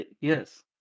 yes